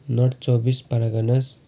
north चौबिस परगनाज